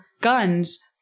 guns